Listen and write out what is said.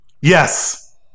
Yes